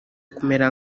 kumera